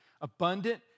abundant